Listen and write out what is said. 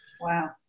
Wow